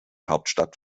hauptstadt